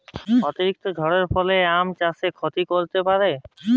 অতিরিক্ত ঝড়ের ফলে কি আম চাষে ক্ষতি হতে পারে?